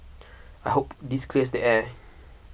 I hope this clears the air